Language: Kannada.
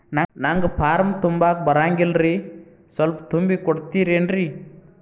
ನಂಗ ಫಾರಂ ತುಂಬಾಕ ಬರಂಗಿಲ್ರಿ ಸ್ವಲ್ಪ ತುಂಬಿ ಕೊಡ್ತಿರೇನ್ರಿ?